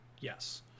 Yes